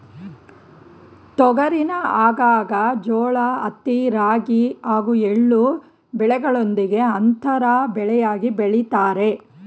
ತೊಗರಿನ ಆಗಾಗ ಜೋಳ ಹತ್ತಿ ರಾಗಿ ಹಾಗೂ ಎಳ್ಳು ಬೆಳೆಗಳೊಂದಿಗೆ ಅಂತರ ಬೆಳೆಯಾಗಿ ಬೆಳಿತಾರೆ